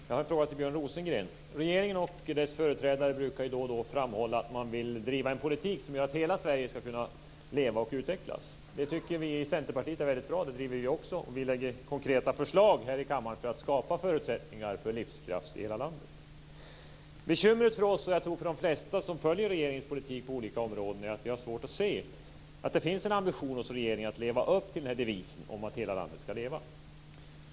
Herr talman! Jag har en fråga till Björn Rosengren. Regeringen och dess företrädare brukar då och då framhålla att man vill driva en politik som gör att hela Sverige ska kunna leva och utvecklas. Det tycker vi i Centerpartiet är väldigt bra, och det driver vi också. Vi lägger konkreta förslag här i kammaren för att skapa förutsättningar för livskraft i hela landet. Bekymret för oss, och jag tror för de flesta som följer regeringens politik på olika områden, är att vi har svårt att se att det finns en ambition hos regeringen att leva upp till den här devisen om att hela landet ska leva.